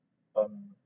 um